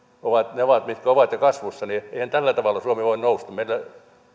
menot ovat mitkä ovat ja kasvussa niin eihän tällä tavalla suomi voi nousta meillä